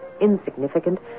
insignificant